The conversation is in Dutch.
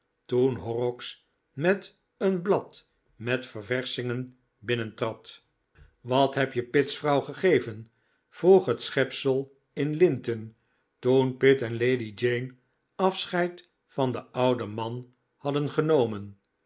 toen horrocks met een blad met ververschingen binnentrad wat heb je pitt's vrouw gegeven vroeg het schepsel in linten toen pitt en lady jane afscheid van den ouden man hadden genomen